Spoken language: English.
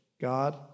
God